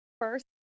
first